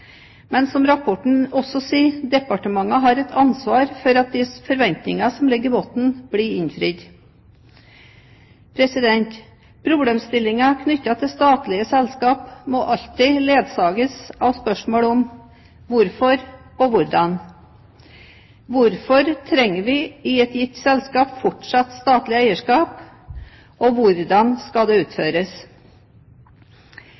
Men som rapporten også sier: Departementene har et ansvar for at de forventningene som ligger i bunn, blir innfridd. Problemstillinger knyttet til statlig eierskap må alltid ledsages av spørsmål om hvorfor og hvordan. Hvorfor trenger vi i et gitt selskap fortsatt statlig eierskap, og hvordan skal det